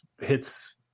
hits